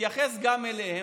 נתייחס גם אליהם,